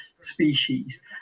species